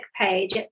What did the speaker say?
page